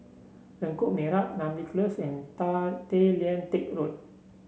Lengkok Merak Namly Close and Tay Lian Teck Road